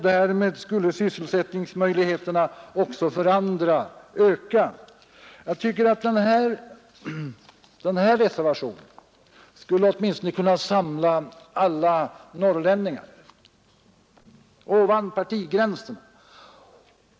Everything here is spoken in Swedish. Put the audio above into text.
Därmed skulle sysselsättningsmöjligheterna öka också för andra. Jag tycker att den här reservationen skulle kunna samla åtminstone alla norrlänningar ovan partigränserna.